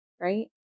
right